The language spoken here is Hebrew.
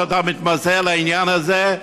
שאתה מתמסר לעניין הזה,